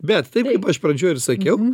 bet taip kaip aš pradžioj ir sakiau